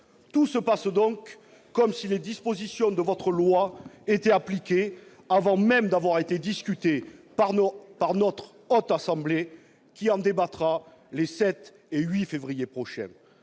Tout se passe donc comme si les dispositions de votre projet de loi étaient appliquées avant même d'avoir été discutées par la Haute Assemblée, qui en débattra les 7 et 8 février prochains.